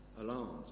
alarmed